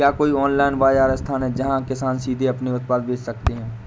क्या कोई ऑनलाइन बाज़ार स्थान है जहाँ किसान सीधे अपने उत्पाद बेच सकते हैं?